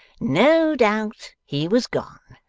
no doubt he was gone.